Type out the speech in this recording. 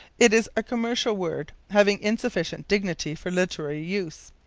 it is a commercial word, having insufficient dignity for literary use.